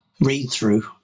read-through